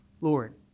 Lord